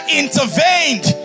intervened